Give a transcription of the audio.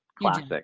classic